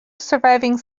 surviving